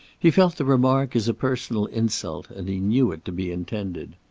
he felt the remark as a personal insult, and he knew it to be intended.